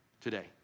today